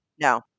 No